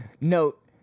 note